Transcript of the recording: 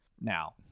now